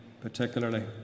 particularly